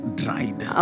dried